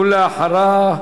ואחריו,